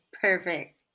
Perfect